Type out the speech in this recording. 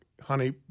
honey